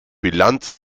bilanz